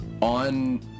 on